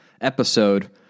episode